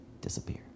disappear